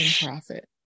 profit